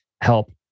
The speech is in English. help